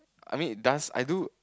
I mean it does I do